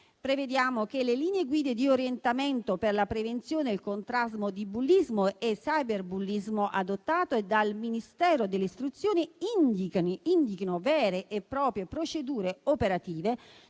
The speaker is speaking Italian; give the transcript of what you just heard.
Prevediamo che le linee guida di orientamento per la prevenzione e il contrasto di bullismo e cyberbullismo, adottate dal Ministero dell'istruzione, indichino vere e proprie procedure operative